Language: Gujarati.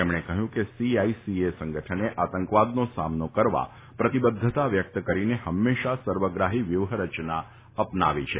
તેમણે કહ્યું કે સીઆઈસીએ સંગઠને આતંકવાદનો સામનો કરવા પ્રતિબદ્ધતા વ્યક્ત કરીને હંમેશા સર્વગ્રાહી વ્યુહરચના અપનાવી છે